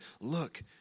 Look